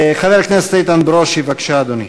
חבר הכנסת איתן ברושי, בבקשה, אדוני.